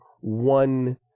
one